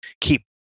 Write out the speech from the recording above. keep